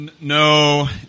No